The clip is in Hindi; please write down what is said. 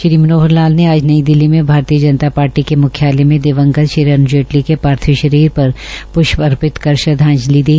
श्री मनोहर लाल ने आज नई दिल्ली में भारतीय जनता पार्टी के मुख्यालय में दिवंगत श्री अरूण जेटली के पार्थिव भारीर पर प्रश्प अर्पित कर श्रद्धांजलि दी